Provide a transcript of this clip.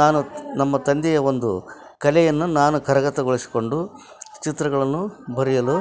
ನಾನು ನಮ್ಮ ತಂದೆಯ ಒಂದು ಕಲೆಯನ್ನು ನಾನು ಕರಗತಗೊಳಿಸಿಕೊಂಡು ಚಿತ್ರಗಳನ್ನು ಬರೆಯಲು